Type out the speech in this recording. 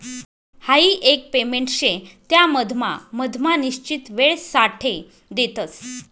हाई एक पेमेंट शे त्या मधमा मधमा निश्चित वेळसाठे देतस